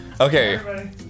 Okay